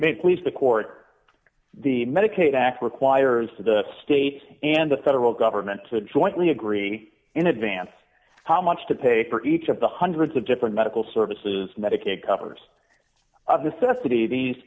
may please the court the medicaid act requires for the state and the federal government to jointly agree in advance how much to pay for each of the hundreds of different medical services medicaid covers of necessity t